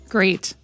Great